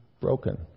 broken